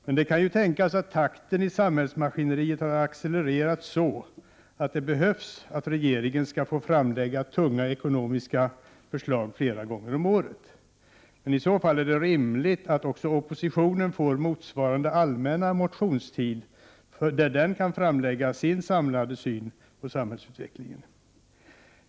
Men det kan ju tänkas att takten i samhällsmaskineriet har accelererat, så att regeringen kan behöva framlägga tunga ekonomiska förslag flera gånger om året. I så fall är det rimligt att även oppositionen får motsvarande allmänna motionstid, då den kan framlägga sin samlade syn på samhällsutvecklingen.